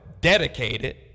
dedicated